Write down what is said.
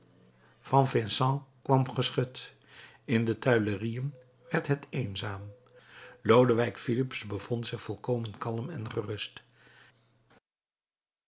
kwam geschut in de tuilerieën werd het eenzaam lodewijk filips bevond zich volkomen kalm en gerust